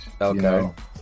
Okay